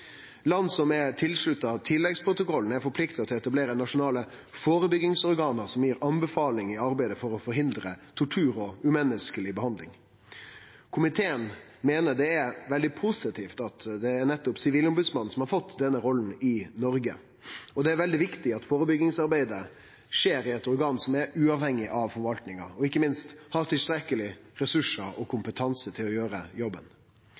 Land som er tilslutta tilleggsprotokollen, er forplikta til å etablere nasjonale førebyggingsorgan som gir anbefalingar i arbeidet for å forhindre tortur og umenneskeleg behandling. Komiteen meiner det er veldig positivt at det er nettopp Sivilombodsmannen som har fått denne rolla i Noreg, og at det er veldig viktig at førebyggingsarbeidet skjer i eit organ som er uavhengig av forvaltninga, og som ikkje minst har tilstrekkelege ressursar og kompetanse til å gjere jobben.